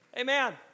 Amen